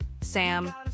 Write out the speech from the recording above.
Sam